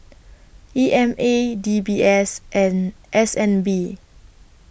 E M A D B S and S N B